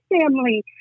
family